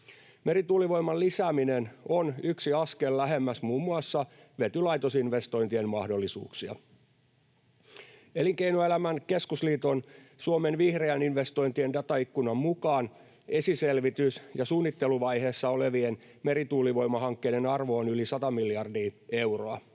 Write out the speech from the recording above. Merituulivoiman lisääminen on yksi askel lähemmäs muun muassa vetylaitosinvestointien mahdollisuuksia. Elinkeinoelämän keskusliiton Suomen vihreiden investointien dataikkunan mukaan esiselvitys‑ ja suunnitteluvaiheessa olevien merituulivoimahankkeiden arvo on yli 100 miljardia euroa.